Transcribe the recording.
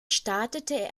startete